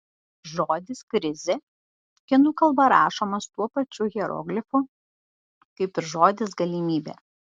žodis krizė kinų kalba rašomas tuo pačiu hieroglifu kaip ir žodis galimybė